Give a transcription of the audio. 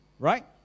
Right